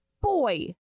boy